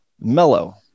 mellow